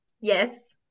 Yes